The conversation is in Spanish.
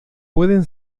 pueden